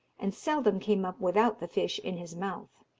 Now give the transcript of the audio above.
and seldom came up without the fish in his mouth.